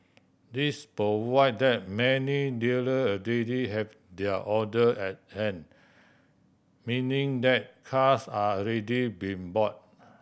this prove that many dealer already have their order at hand meaning that cars are already been bought